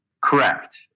Correct